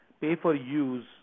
pay-for-use